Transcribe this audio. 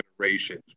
generations